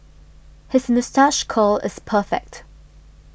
his moustache curl is perfect